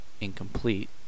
incomplete